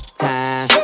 time